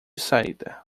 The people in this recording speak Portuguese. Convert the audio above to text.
saída